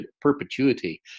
perpetuity